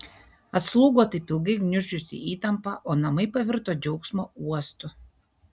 atslūgo taip ilgai gniuždžiusi įtampa o namai pavirto džiaugsmo uostu